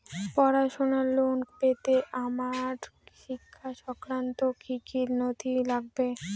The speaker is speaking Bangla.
পড়াশুনোর লোন পেতে আমার শিক্ষা সংক্রান্ত কি কি নথি লাগবে?